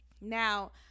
Now